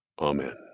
Amen